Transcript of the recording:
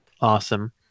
awesome